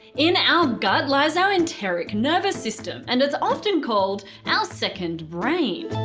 in our gut lies our enteric nervous system and it's often called our second brain.